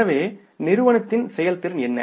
எனவே நிறுவனத்தின் செயல்திறன் என்ன